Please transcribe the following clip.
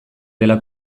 dela